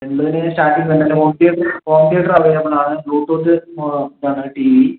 എൺപതിനായിരം സ്റ്റാർട്ടിംഗ് വരുന്നുണ്ട് home theatre home തീയേറ്ററും അവൈലബിൾ ആണ് ബ്ലൂട്ടൂത്ത് കണക്റ്റ് ആണ് ടി വി